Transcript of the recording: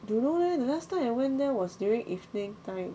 don't know leh the last time I went there was during evening time